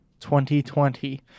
2020